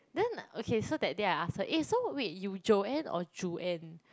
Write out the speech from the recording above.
then okay so that day I ask her eh so wait you Joanne or Juan